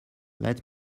let